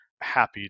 happy